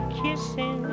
kissing